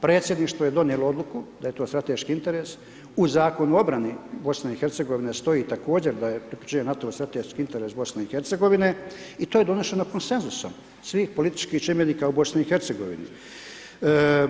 Predsjedništvo je donijelo odluku da je to strateški interes, u Zakonu o obrani BiH-a stoji također da je priključenje NATO-u strateški interes BiH-a i to je donošeno konsenzusom svih političkih čimbenika u BiH-u.